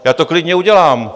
Já to klidně udělám.